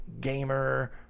gamer